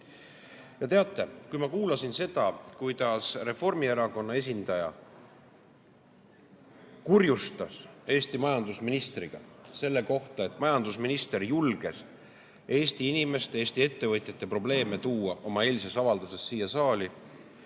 ma kuulasin seda, kuidas Reformierakonna esindaja kurjustas Eesti majandusministriga selle pärast, et majandusminister julges Eesti inimeste ja Eesti ettevõtjate probleemid oma eilses avalduses siia saali